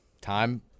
Time